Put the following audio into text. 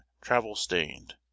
travel-stained